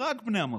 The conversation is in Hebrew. רק בני המקום,